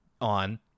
on